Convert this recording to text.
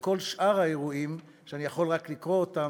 כל שאר האירועים, שאני יכול רק לקרוא אותם: